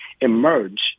emerge